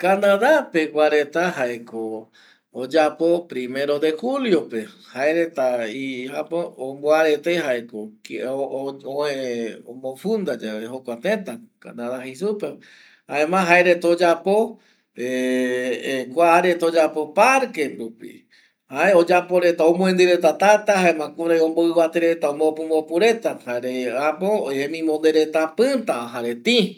Canada pegua reta oyapo primero de julio jaereta y arete oyapo omofunda yave jokua teta jaema jaereta oyapo ˂hesitation˃ parque rupi omuendi reta tata jare kurei omoivate reta ombopu vopu reta jare jemimonde reta pïta jare tï